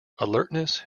alertness